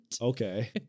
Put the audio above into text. Okay